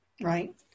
right